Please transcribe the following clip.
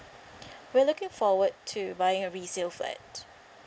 we're looking forward to buying a resale flat